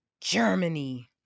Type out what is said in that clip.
Germany